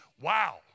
wow